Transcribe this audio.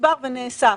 שנצבר ונאסף.